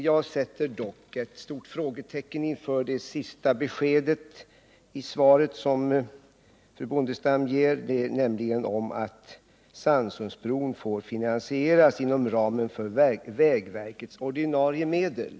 Jag sätter dock ett stort frågetecken inför det sista beskedet i svaret som fru Bondestam ger, nämligen att Sannsundsbron får finansieras inom ramen för vägverkets ordinarie medel.